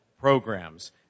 Programs